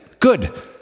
Good